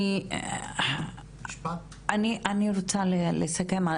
אני רוצה לסכם.